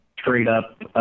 straight-up